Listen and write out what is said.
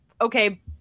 okay